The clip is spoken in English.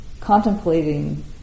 contemplating